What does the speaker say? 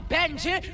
Benji